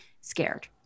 scared